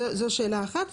זו שאלה אחת.